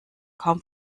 kaum